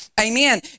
Amen